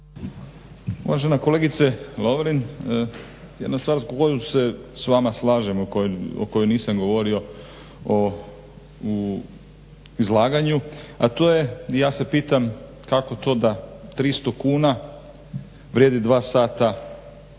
Uvažena kolegice Lovrin, jedna stvar s kojom se s vama slažem o kojoj nisam govorio u izlaganju, a to je ja se pitam kako to da 300 kuna vrijedi 2 sata